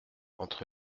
entre